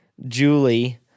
Julie